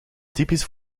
typisch